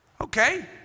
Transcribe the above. okay